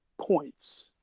points